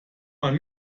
man